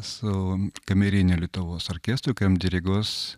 su kameriniu lietuvos orkestru kuriam diriguos